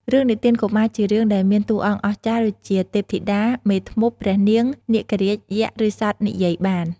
រឿងនិទានកុមារជារឿងដែលមានតួអង្គ អស្ចារ្យ ដូចជា ទេពធីតា មេធ្មប់ ព្រះនាង នាគរាជ យក្ស ឬសត្វនិយាយបាន ។